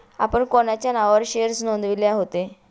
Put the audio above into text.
आपण कोणाच्या नावावर शेअर्स नोंदविले होते?